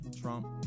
Trump